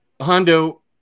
Hondo